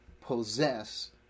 possess